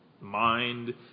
mind